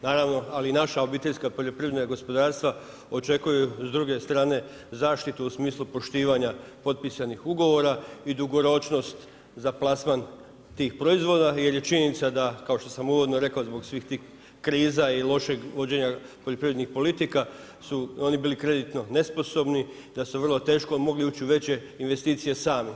Naravno ali i naša obiteljska poljoprivredna gospodarstva očekuju s druge strane zaštitu u smislu poštivanja potpisanih ugovora i dugoročnost za plasman tih proizvoda jer je činjenica da kao što sam uvodno rekao zbog svih tih kriza i lošeg vođenja poljoprivrednih politika su oni bili kreditno nesposobni, da su vrlo teško mogli ući u veće investicije sami.